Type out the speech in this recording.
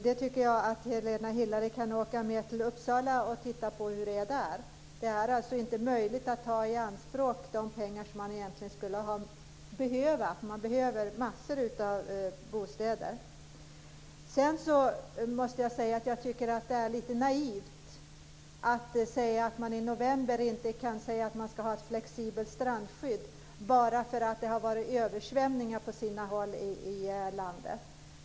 Jag tycker att Helena Hillar Rosenqvist kan åka med till Uppsala och titta på hur det är där. Det är inte möjligt att ta de pengar i anspråk som man egentligen skulle behöva, för man behöver massor av bostäder. Sedan måste jag säga att jag tycker att det är lite naivt att säga att man i november inte kan säga att man ska ha ett flexibelt strandskydd bara för att det har varit översvämningar på sina håll i landet.